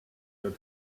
der